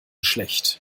schlecht